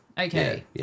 okay